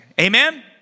Amen